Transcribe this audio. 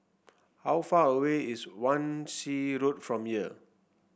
how far away is Wan Shih Road from here